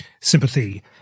sympathy